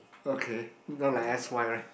okay not like S_Y right